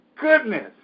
goodness